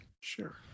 Sure